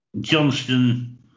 Johnston